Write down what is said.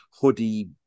hoodie